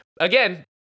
again